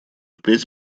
впредь